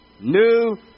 New